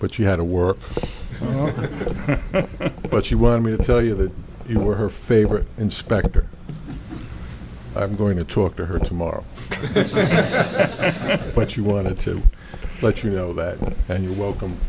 but you had to work but she wanted me to tell you that you were her favorite inspector i'm going to talk to her tomorrow but you wanted to let you know that and you're welcome